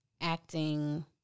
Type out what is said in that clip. acting